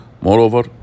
Moreover